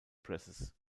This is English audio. presses